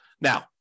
Now